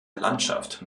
landschaft